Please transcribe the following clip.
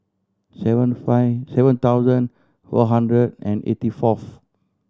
seven five seven thousand four hundred and eighty fourth